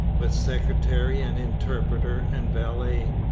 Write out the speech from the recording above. with secretary and interpreter and valet.